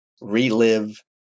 relive